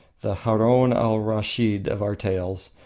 the haroun-al-raschid of our tales,